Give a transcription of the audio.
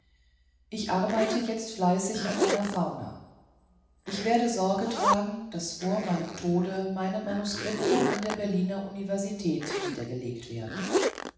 ich arbeite jetzt fleißig an meiner fauna ich werde sorge tragen daß vor meinem tode meine manuskripte bei der berliner universität niedergelegt werden